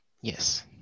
yes